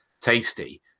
tasty